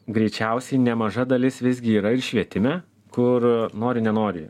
greičiausiai nemaža dalis visgi yra ir švietime kur nori nenori